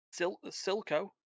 Silco